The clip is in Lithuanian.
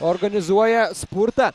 organizuoja spurtą